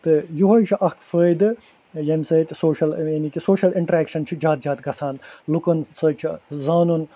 تہٕ ہِہوے چھُ اکھ فٲیدٕ ییٚمہِ سۭتۍ سوشل یعنی کہِ سوشل انٛٹرٮ۪کشن چھُ زیادٕ زیادٕ گَژھان لُکن سۭتۍ چھُ زانُن